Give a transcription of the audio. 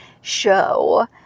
show